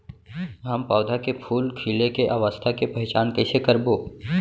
हम पौधा मे फूल खिले के अवस्था के पहिचान कईसे करबो